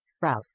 Browse